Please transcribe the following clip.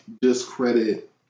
discredit